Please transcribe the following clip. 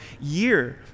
year